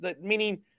Meaning